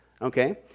okay